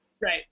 Right